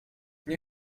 nie